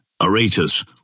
Aratus